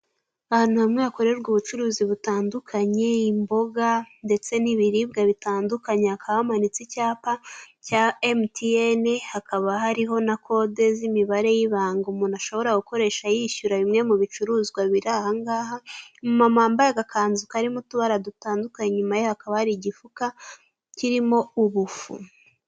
Mu isoko ry'ibiribwa, harimo iby'ubwoko butandukanye. Muri ibyo harimo intoryi, karoti, imiteja, amavuta yo guteka n'ibindi. Ahagana hejuru hari icyapa cy'umuhondo cya MTN, kigaragaza ko bemera kwishyurwa hakoreshejwe telefoni.